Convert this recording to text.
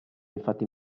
infatti